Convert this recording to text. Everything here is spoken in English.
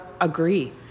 agree